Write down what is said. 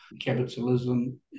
capitalism